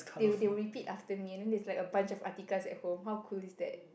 they will they will repeat after me and then there's a bunch of Atiqahs at home how cool is that